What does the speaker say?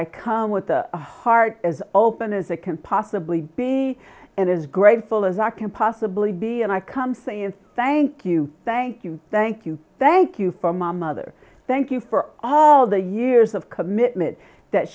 i come with a heart as open as it can possibly be and as grateful as i can possibly be and i can say is thank you thank you thank you thank you for my mother thank you for all the years of commitment that